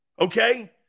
Okay